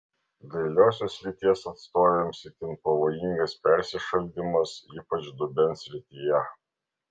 dailiosios lyties atstovėms itin pavojingas persišaldymas ypač dubens srityje